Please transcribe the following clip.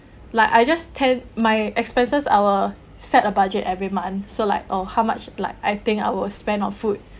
like I just tend my expenses I'll set a budget every month so like oh how much like I think I will spend on food